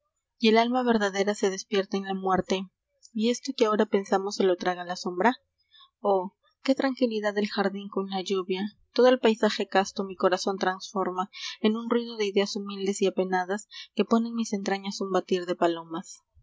el alma verdadera se despierta en la muerte y esto que ahora pensamos se lo traga la sombré oh qué tranquilidad del jardín con la lluvia odo el paisaje casto mi corazón transforma en un ruido de ideas humildes y apenadas que pone en mis entrañas un batir de palomas